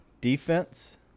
defense